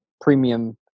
premium